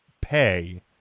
pay